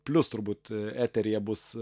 plius turbūt eteryje bus